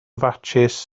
fatsis